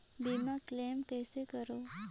बीमा क्लेम कइसे करों?